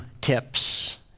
tips